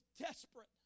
desperate